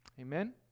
Amen